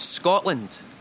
Scotland